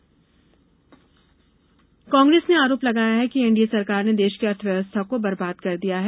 कांग्रेस प्रदर्शन कांग्रेस ने आरोप लगाया है कि एनडीए सरकार ने देश की अर्थव्यवस्था को बर्बाद कर दिया है